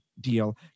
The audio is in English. deal